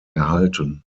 erhalten